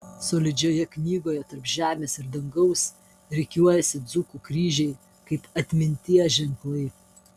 solidžioje knygoje tarp žemės ir dangaus rikiuojasi dzūkų kryžiai kaip atminties ženklai